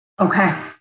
Okay